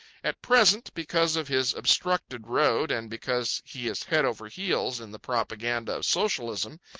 at present, because of his obstructed road and because he is head over heels in the propaganda of socialism,